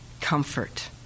comfort